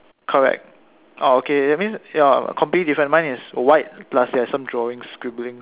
correct ah okay that means ya completely different mine is white plus there are some drawings scribbling